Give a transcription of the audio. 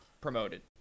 promoted